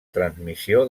transmissió